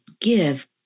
give